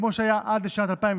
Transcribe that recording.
כמו שהיה עד לשנת 2002,